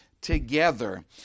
together